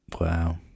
Wow